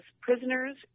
prisoners